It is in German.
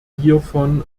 hiervon